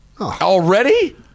Already